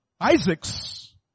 Isaacs